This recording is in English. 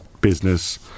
business